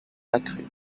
accru